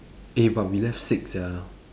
eh but we left six sia